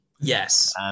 Yes